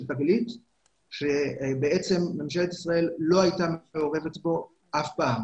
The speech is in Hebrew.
תגלית שבעצם ממשלת ישראל לא הייתה מעורבת בו קודם